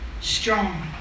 strong